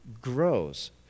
grows